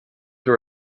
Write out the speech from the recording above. were